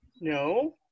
No